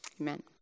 Amen